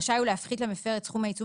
רשאי הוא להפחית למפר את סכום העיצום